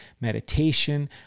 meditation